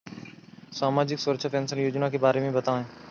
सामाजिक सुरक्षा पेंशन योजना के बारे में बताएँ?